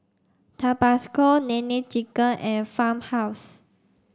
Tabasco Nene Chicken and Farmhouse